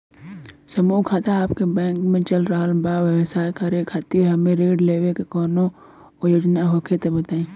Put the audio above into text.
समूह खाता आपके बैंक मे चल रहल बा ब्यवसाय करे खातिर हमे ऋण लेवे के कौनो योजना होखे त बताई?